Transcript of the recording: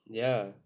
ya